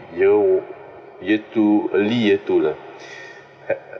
year year two early year two lah